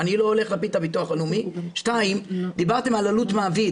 "סמכות שיפוט 26יז.לבית דין אזורי לעבודה